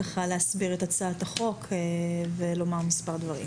להסביר את הצעת החוק ולומר מספר דברים.